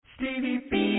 Stevie